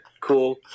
cool